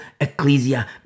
ecclesia